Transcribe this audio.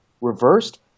reversed